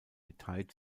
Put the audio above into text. detail